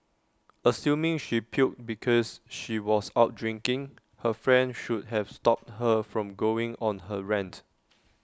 assuming she puked because she was out drinking her friend should have stopped her from going on her rant